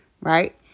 Right